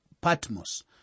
Patmos